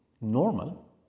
normal